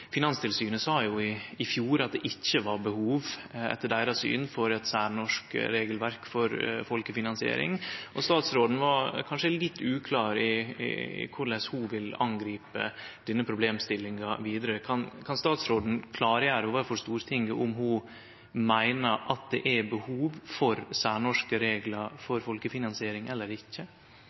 Finanstilsynet sa i fjor at det etter deira syn ikkje var behov for eit særnorsk regelverk for folkefinansiering, og statsråden var kanskje litt uklar i korleis ho vil angripe denne problemstillinga vidare. Kan statsråden klargjere overfor Stortinget om ho meiner at det er behov for særnorske reglar for folkefinansiering eller ikkje?